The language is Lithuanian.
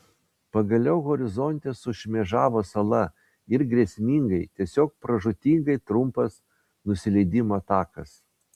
pagaliau horizonte sušmėžavo sala ir grėsmingai tiesiog pražūtingai trumpas nusileidimo takas